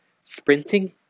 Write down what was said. sprinting